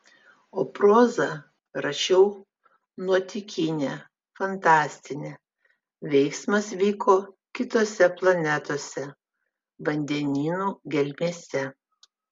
o prozą rašiau nuotykinę fantastinę veiksmas vyko kitose planetose vandenynų gelmėse